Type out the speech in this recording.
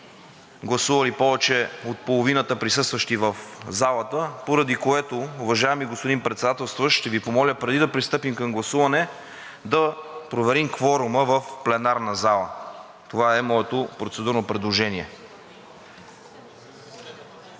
гласували повече от половината присъстващи в залата, поради което, уважаеми господин Председателстващ, ще Ви помоля – преди да пристъпим към гласуване, да проверим кворума в пленарната зала. Това е моето процедурно предложение.